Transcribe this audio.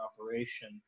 operation